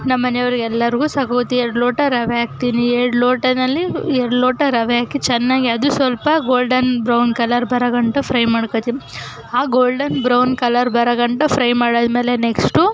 ನಮ್ಮ ಮನೆಯವರೆಲ್ಲರ್ಗೂ ಸಾಕಾಗುತ್ತೆ ಎರಡು ಲೋಟ ರವೆ ಹಾಕ್ತೀನಿ ಎರಡು ಲೋಟದಲ್ಲಿ ಎರಡು ಲೋಟ ರವೆ ಹಾಕಿ ಚೆನ್ನಾಗಿ ಅದು ಸ್ವಲ್ಪ ಗೋಲ್ಡನ್ ಬ್ರೌನ್ ಕಲರ್ ಬರೋ ಗಂಟ ಫ್ರೈ ಮಾಡ್ಕೊಳ್ತೀನಿ ಆ ಗೋಲ್ಡನ್ ಬ್ರೌನ್ ಕಲರ್ ಬರೋ ಗಂಟ ಫ್ರೈ ಮಾಡಾದಮೇಲೆ ನೆಕ್ಸ್ಟು